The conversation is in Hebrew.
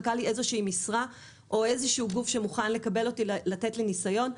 איזו משרה או איזה גוף שמוכן לקבל אותי ולתת לי ניסיון,